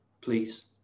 please